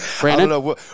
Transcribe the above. Brandon